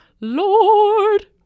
Lord